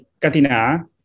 Katina